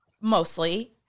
mostly